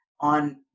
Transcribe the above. on